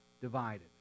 divided